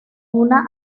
una